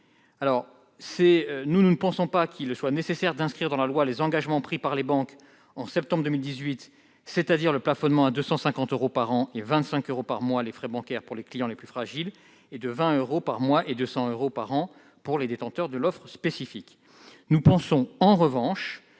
payés. Nous ne pensons pas qu'il soit nécessaire d'inscrire dans la loi les engagements pris par les banques en septembre 2018, c'est-à-dire le plafonnement à 250 euros par an et à 25 euros par mois des frais bancaires pour les clients les plus fragiles, et à 20 euros par mois et à 200 euros par an pour les détenteurs de l'offre spécifique. Nous pensons en revanche